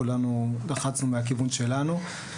כולנו לחצנו מהכיוון שלנו.